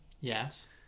Yes